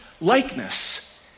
likeness